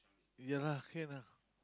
yeah lah can lah